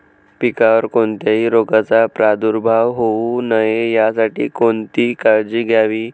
पिकावर कोणत्याही रोगाचा प्रादुर्भाव होऊ नये यासाठी कोणती काळजी घ्यावी?